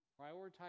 prioritize